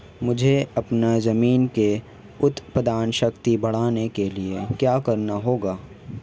मुझे अपनी ज़मीन की उत्पादन शक्ति बढ़ाने के लिए क्या करना होगा?